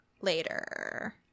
later